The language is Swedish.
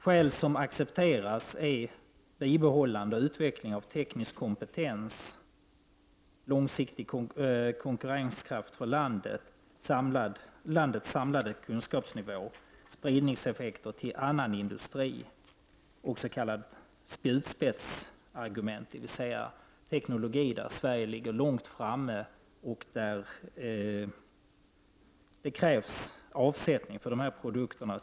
Skäl som accepteras är bibehållande i och utveckling av teknisk kompetens, långsiktig konkurrenskraft, landets samlade kunskapsnivå, spridningseffekter till annan industri och s.k. spjutspetsargument, dvs. argument som rör teknologi där Sverige ligger långt framme, där det krävs statlig stimulans för avsättning av produkterna.